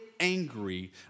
angry